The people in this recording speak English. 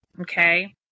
Okay